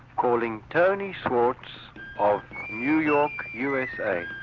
calling tony schwartz of new york, usa.